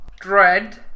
Dread